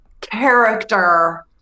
character